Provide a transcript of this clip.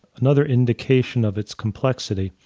another indication of its complexity.